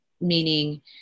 meaning